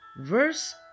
verse